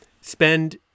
spend